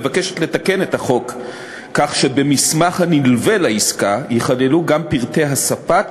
מבקשת לתקן את החוק כך שבמסמך הנלווה לעסקה ייכללו גם פרטי הספק,